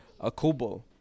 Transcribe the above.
Akubo